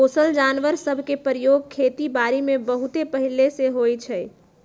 पोसल जानवर सभ के प्रयोग खेति बारीमें बहुते पहिले से होइ छइ